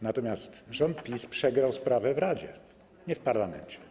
Natomiast rząd PiS przegrał sprawę w Radzie, nie w Parlamencie.